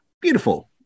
beautiful